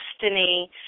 destiny